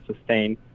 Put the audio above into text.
sustain